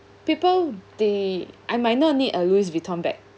people they I might not need a louis vuitton bag